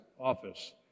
office